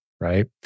right